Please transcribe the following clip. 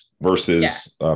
versus